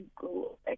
go